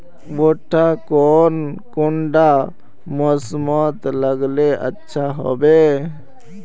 भुट्टा कौन कुंडा मोसमोत लगले अच्छा होबे?